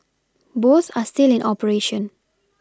both are still in operation